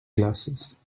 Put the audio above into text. glasses